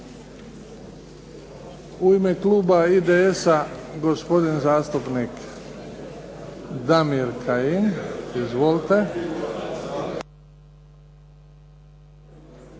U ime kluba IDS-a, gospodin zastupnik Damir Kajin. Izvolite.